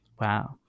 Wow